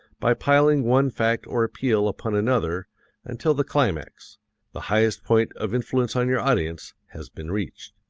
by piling one fact or appeal upon another until the climax the highest point of influence on your audience has been reached.